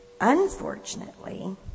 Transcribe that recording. Unfortunately